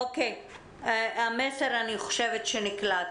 אני חושבת שהמסר נקלט.